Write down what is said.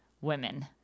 women